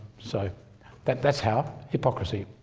so that, that's how hypocrisy.